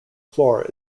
floor